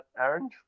Aaron